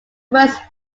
first